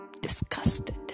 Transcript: disgusted